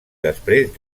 després